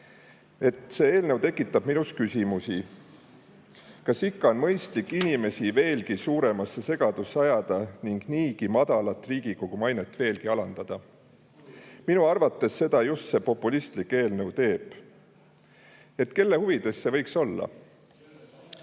eelnõu tekitab minus küsimusi. Kas ikka on mõistlik inimesi veel suuremasse segadusse ajada ning niigi madalat Riigikogu mainet veelgi alandada? Minu arvates seda just see populistlik eelnõu teeb. Kelle huvides see võiks